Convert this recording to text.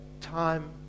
time